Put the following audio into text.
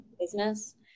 business